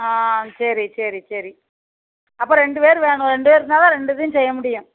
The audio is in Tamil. ஆ சரி சரி சரி அப்போ ரெண்டு பேர் வேணும் ரெண்டு பேர் இருந்தால்தான் ரெண்டு இதுவும் செய்யமுடியும்